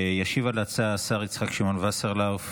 ישיב על ההצעה השר יצחק שמעון וסרלאוף,